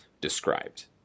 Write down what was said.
described